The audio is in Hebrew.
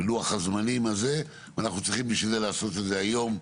בלוח הזמנים הזה ואנחנו צריכים בשביל זה לעשות את זה היום,